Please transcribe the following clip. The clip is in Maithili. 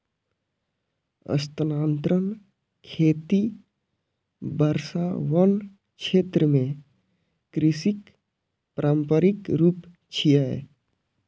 स्थानांतरण खेती वर्षावन क्षेत्र मे कृषिक पारंपरिक रूप छियै